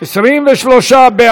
השיפוט הצבאי (תיקון מס' 73), התשע"ז 2017, נתקבל.